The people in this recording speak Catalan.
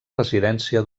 residència